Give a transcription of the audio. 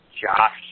Josh